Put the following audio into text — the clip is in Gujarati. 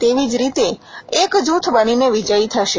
તેવી જ રીતે એક જૂથ બનીને વિજયી થશે